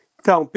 Então